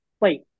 wait